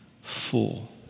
full